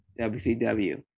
WCW